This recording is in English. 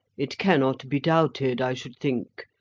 it cannot be doubted, i should think,